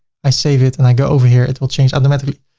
i save it and i go over here. it will change automatically.